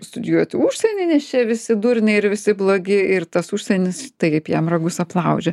studijuot į užsienį nes čia visi durniai ir visi blogi ir tas užsienis taip jam ragus aplaužė